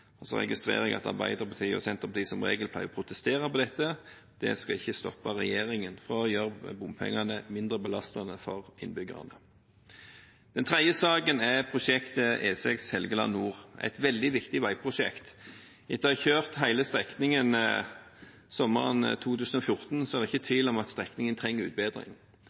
Så registrerer jeg at Arbeiderpartiet og Senterpartiet som regel pleier å protestere på dette. Det skal ikke stoppe regjeringen fra å gjøre bompengene mindre belastende for innbyggerne. Den tredje saken er prosjektet E6 Helgeland nord, et veldig viktig veiprosjekt. Etter å ha kjørt hele strekningen sommeren 2014 er det ikke tvil om at strekningen trenger utbedring.